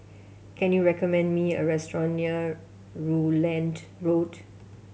can you recommend me a restaurant near Rutland Road